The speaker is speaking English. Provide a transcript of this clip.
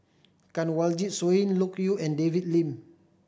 Kanwaljit Soin Loke Yew and David Lim